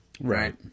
Right